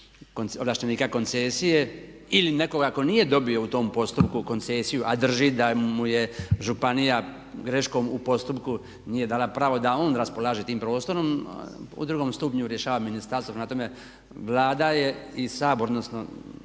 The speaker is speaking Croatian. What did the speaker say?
ovlaštenika koncesije ili nekoga tko nije dobio u tom postupku koncesiju, a drži da mu je županija greškom u postupku nije dala pravo da on raspolaže tim prostorom u drugom stupnju rješava ministarstvo. Prema tome, Vlada je i Sabor odnosno